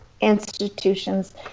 institutions